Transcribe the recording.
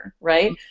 right